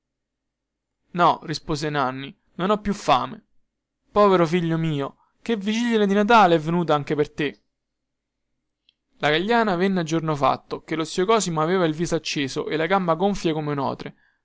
no rispose nanni no non ho più fame povero figlio mio che vigilia di natale è venuta anche per te la gagliana venne a giorno fatto che lo zio cosimo aveva il viso acceso e la gamba gonfia come un otre